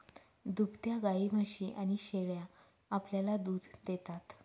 दुभत्या गायी, म्हशी आणि शेळ्या आपल्याला दूध देतात